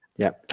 yep,